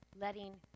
letting